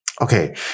Okay